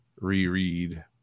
reread